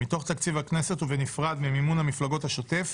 מתוך תקציב הכנסת ובנפרד ממימון המפלגות השוטף,